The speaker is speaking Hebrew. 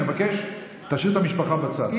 אני מבקש: תשאיר את המשפחה בצד,